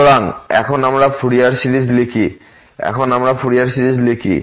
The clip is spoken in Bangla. সুতরাং এখন আমরা ফুরিয়ার সিরিজ লিখি